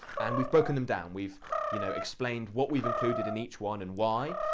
and we've broken them down, we've you know explained what we've included in each one and why.